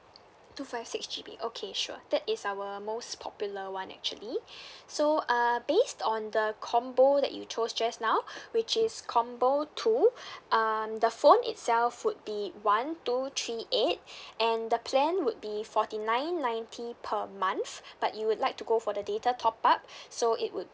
two five six G_B okay sure that is our most popular [one] actually so uh based on the combo that you chose just now which is combo two um the phone itself would one two three eight and the plan would be forty nine ninety per month but you would like to go for the data top up so it would